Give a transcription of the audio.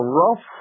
rough